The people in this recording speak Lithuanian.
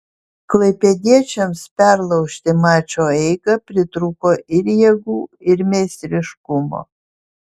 klaipėdiečiams perlaužti mačo eigą pritrūko ir jėgų ir meistriškumo